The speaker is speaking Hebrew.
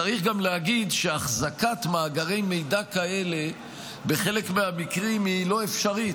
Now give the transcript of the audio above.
צריך גם להגיד שבחלק מהמקרים החזקת מאגרי מידע כאלה היא לא אפשרית.